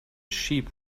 sheep